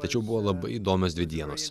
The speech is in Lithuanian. tačiau buvo labai įdomios dvi dienos